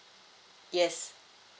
yes